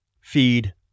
feed